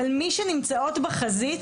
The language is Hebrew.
אבל מי שנמצאות בחזית,